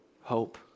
hope